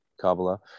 Kabbalah